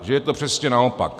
Že je to přesně naopak.